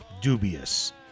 dubious